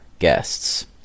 guests